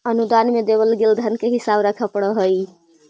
अनुदान में देवल गेल धन के हिसाब रखे पड़ा हई